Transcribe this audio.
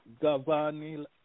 Gavani